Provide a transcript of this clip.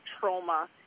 trauma